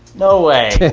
no way,